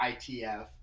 ITF